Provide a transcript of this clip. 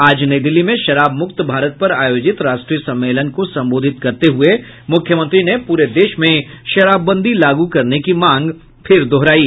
आज नई दिल्ली में शराब मुक्त भारत पर आयोजित राष्ट्रीय सम्मेलन को संबोधित करते हुये मुख्यमंत्री ने पूरे देश में शराबबंदी लागू करने की मांग फिर दोहरायी